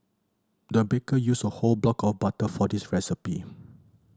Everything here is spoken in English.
the baker used a whole block of butter for this recipe